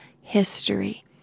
history